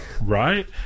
Right